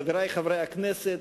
חברי חברי הכנסת,